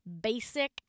basic